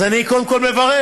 אז אני קודם כול מברך.